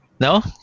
no